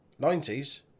90s